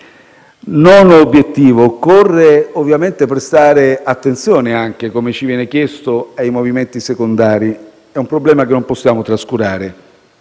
Nono obiettivo: occorre ovviamente prestare attenzione - come ci viene chiesto - ai movimenti secondari. È un problema che non possiamo trascurare.